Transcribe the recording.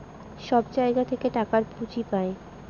সব জায়গা থেকে টাকার পুঁজি পাই